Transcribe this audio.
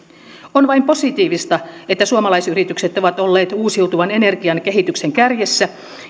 on vain positiivista että suomalaisyritykset ovat olleet uusiutuvan energian kehityksen kärjessä